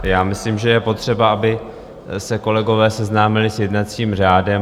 Já myslím, že je potřeba, aby se kolegové seznámili s jednacím řádem.